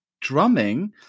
drumming